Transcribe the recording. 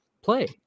play